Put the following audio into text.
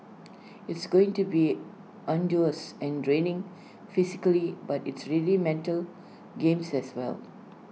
it's going to be arduous and draining physically but it's really mental games as well